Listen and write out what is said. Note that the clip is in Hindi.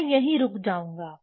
मैं यहीं रुक जाऊंगा